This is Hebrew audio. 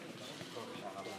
חברי